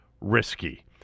risky